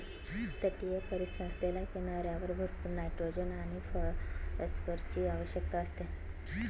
तटीय परिसंस्थेला किनाऱ्यावर भरपूर नायट्रोजन आणि फॉस्फरसची आवश्यकता असते